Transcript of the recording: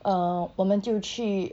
uh 我们就去